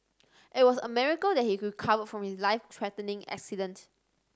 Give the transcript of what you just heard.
it was a miracle that he recovered from his life threatening accident